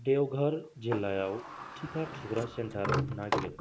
देवघर जिल्लायाव टिका थुग्रा सेन्टार नागिर